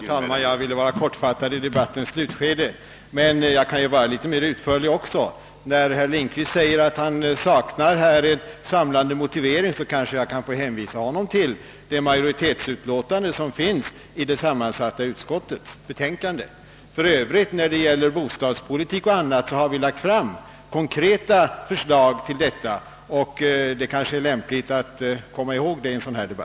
Herr talman! Jag ville vara kortfattad i debattens slutskede, men jag kan vara mera utförlig också. När herr Lindkvist säger att han saknar en samlande motivering kan jag hänvisa till majoritetsutlåtandet som finns i det sammansatta utskottets betänkande. Beträffande <bostadspolitiken och andra områden har vi lagt fram konkreta förslag. Det är kanske lämpligt att komma ihåg det i en debatt som denna.